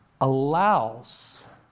allows